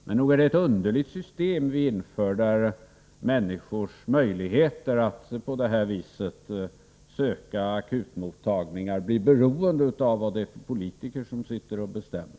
Men nog är det ett underligt system där människors möjligheter att söka akutmottagningar blir beroende av vad det är för politiker som sitter och bestämmer.